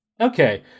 Okay